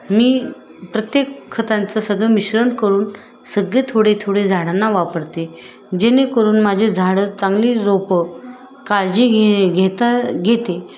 मी प्रत्येक खतांचं सगळं मिश्रण करून सगळे थोडे थोडे झाडांना वापरते जेणेकरून माझे झाडं चांगली रोपं काळजी घे घेता घेते